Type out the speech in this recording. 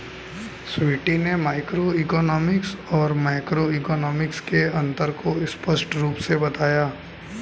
स्वीटी ने मैक्रोइकॉनॉमिक्स और माइक्रोइकॉनॉमिक्स के अन्तर को स्पष्ट रूप से बताया